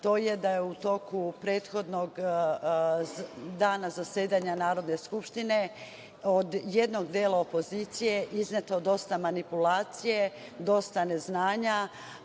to je da je u toku prethodnog dana zasedanja Narodne skupštine od jednog dela opozicije izneto dosta manipulacije, dosta neznanja,